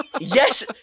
yes